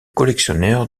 collectionneur